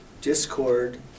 discord